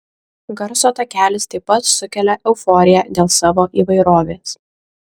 garso takelis taip pat sukelia euforiją dėl savo įvairovės